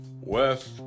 west